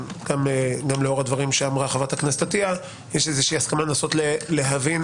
גם לאור הדברים שאמרה חברת הכנסת עטייה יש הסכמה לנסות להבין